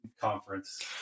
conference